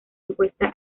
encuesta